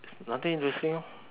it's nothing interesting lor